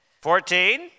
Fourteen